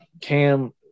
Cam